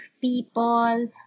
people